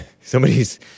Somebody's-